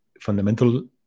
fundamental